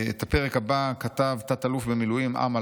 את הפרק הבא כתב תת-אלוף במילואים אמל